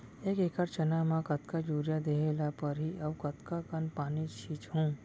एक एकड़ चना म कतका यूरिया देहे ल परहि अऊ कतका कन पानी छींचहुं?